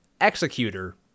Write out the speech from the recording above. executor